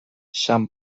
san